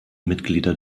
mitglieder